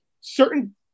certain